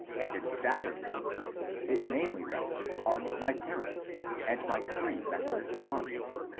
and in staf ford county it mainly rested on my parents and my three methodist aunts.